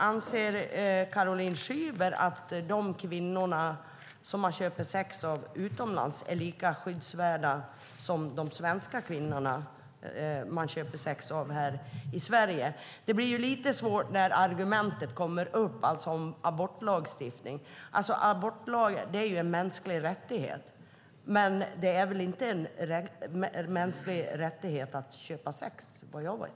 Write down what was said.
Anser Caroline Szyber att de kvinnor som man köper sex av utomlands är lika skyddsvärda som de svenska kvinnor som man köper sex av här i Sverige? Det blir lite svårt när argumentet om abortlagstiftning kommer upp. Abort är en mänsklig rättighet. Men det är väl inte en mänsklig rättighet att köpa sex, vad jag vet.